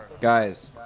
guys